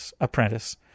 apprentice